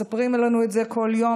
מספרים לנו את זה כל יום,